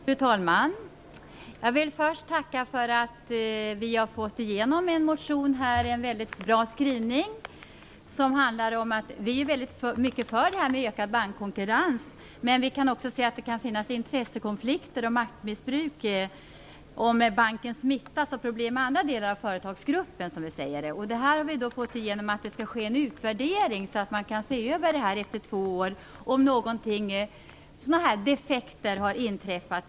Fru talman! Jag vill först tacka för att vi har fått igenom en motion som har en väldigt bra skrivning. Vi är för en ökad bankkonkurrens. Men det kan också förekomma intressekonflikter och maktmissbruk, om en bank smittas av problem i andra delar av företagsgruppen, som vi säger. Vi har fått igenom att det skall ske en utvärdering efter två år för att se över om några defekter har inträffat.